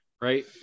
right